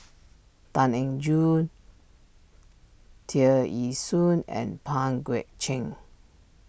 Tan Eng Joo Tear Ee Soon and Pang Guek Cheng